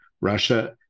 Russia